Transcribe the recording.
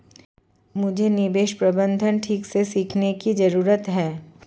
मुझे निवेश प्रबंधन ठीक से सीखने की जरूरत है